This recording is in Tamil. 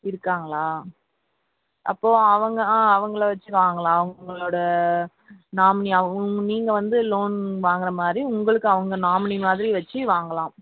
இருக்காங்களா அப்போ அவங்க ஆ அவங்ள வச்சு வாங்கலாம் அவங்ளோட நாமினியாகவும் நீங்கள் வந்து லோன் வாங்குறமாதிரி உங்களுக்கு அவங்க நாமினி மாதிரி வச்சு வாங்கலாம்